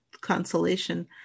consolation